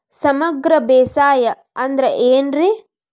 ಸಮಗ್ರ ಬೇಸಾಯ ಅಂದ್ರ ಏನ್ ರೇ?